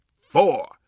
four